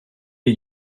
die